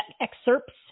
excerpts